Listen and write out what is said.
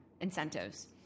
incentives